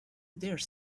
there